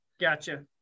Gotcha